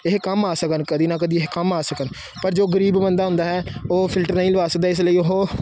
ਇਹ ਕੰਮ ਆ ਸਕਣ ਕਦੀ ਨਾ ਕਦੀ ਇਹ ਕੰਮ ਆ ਸਕਣ ਪਰ ਜੋ ਗਰੀਬ ਬੰਦਾ ਹੁੰਦਾ ਹੈ ਉਹ ਫਿਲਟਰ ਨਹੀਂ ਲਗਵਾ ਸਕਦਾ ਇਸ ਲਈ ਉਹ